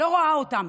לא רואה אותם.